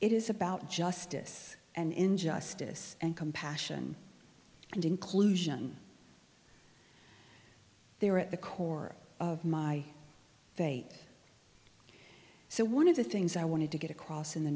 is about justice and injustice and compassion and inclusion they are at the core of my fate so one of the things i wanted to get across in